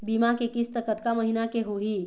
बीमा के किस्त कतका महीना के होही?